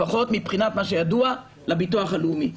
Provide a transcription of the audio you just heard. לפחות מבחינת מה שידוע לביטוח הלאומי.